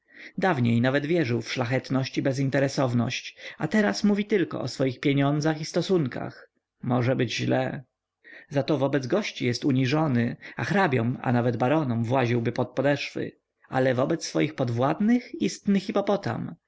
dawniej nawet wierzył w szlachetność i bezinteresowność a teraz mówi tylko o swoich pieniądzach i stosunkach może być źle zato wobec gości jest uniżony a hrabiom a nawet baronom właziłby pod podeszwy ale wobec swoich podwładnych istny hipopotam